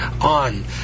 on